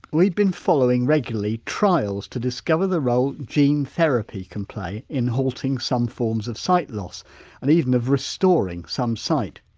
we've been following regularly trials to discover the role gene therapy can play in halting some forms of sight-loss and even of restoring some sight.